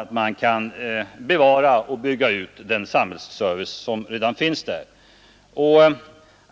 att man kan bevara och bygga ut den samhällsservice som redan finns där.